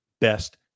best